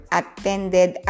attended